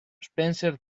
spencer